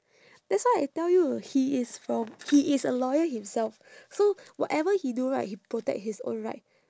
that's why I tell you he is from he is a lawyer himself so whatever he do right he protect his own right